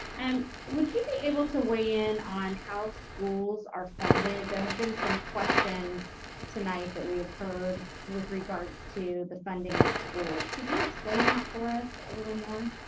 and would you be able to weigh in on how schools are funded? there have been some questions tonight that we've heard, with regards to the funding of schools, can you explain that for us a little more?